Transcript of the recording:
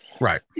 Right